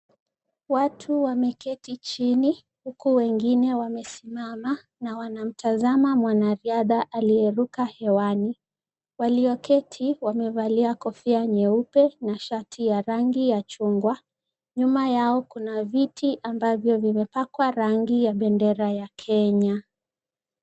Watu wameketi chini huku wengine wamesimama na wanamtazama mwanariadha aliyeruka hewani, walioketi wamevalia kofia nyeupe na shati ya rangi ya chungwa, nyuma yao kuna viti ambavyo vimepakwa rangi ya bendera ya Kenya.